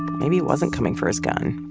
maybe he wasn't coming for his gun.